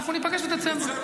אנחנו ניפגש בדצמבר.